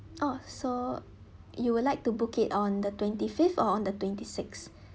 oh so you would like to book it on the twenty fifth on the twenty six